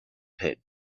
pit